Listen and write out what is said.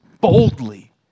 boldly